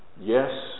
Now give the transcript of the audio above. Yes